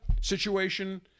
situation